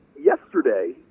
yesterday